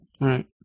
right